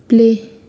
play